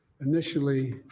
initially